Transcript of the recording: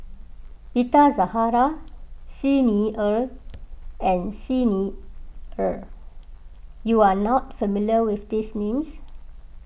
Rita Zahara Xi Ni Er and Xi Ni Er you are not familiar with these names